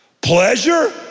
pleasure